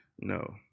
no